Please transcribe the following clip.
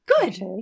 Good